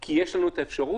כי יש לנו את האפשרות